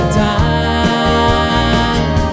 time